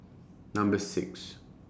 Number six